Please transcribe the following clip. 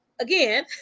again